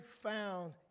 found